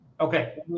okay